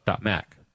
.Mac